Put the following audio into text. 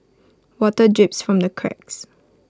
water drips from the cracks